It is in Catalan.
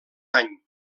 any